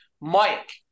Mike